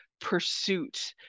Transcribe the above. pursuit